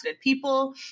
people